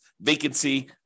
vacancy